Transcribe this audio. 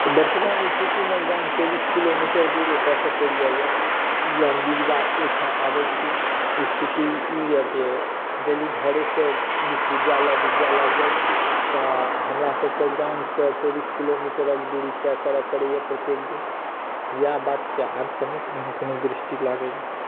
वर्तमान स्थितिमे गामसॅं चौबीस किलोमीटर दूर ओतऽ सॅं परि जाइया ओहिठाम आबै छी स्थिति ई यऽ जे डेली घरेसॅं विश्वविद्यालय विद्यालय जाय छी तऽ हमरासभके गामसॅं चौबीस किलोमीटरके दूरी तय करय परै यऽ प्रत्येक दिन इएह बात छियै आर तऽ नहि कोनो दृष्टि लागैया यऽ